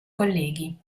colleghi